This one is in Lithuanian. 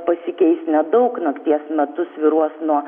pasikeis nedaug nakties metu svyruos nuo